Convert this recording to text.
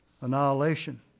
annihilation